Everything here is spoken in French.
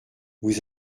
vous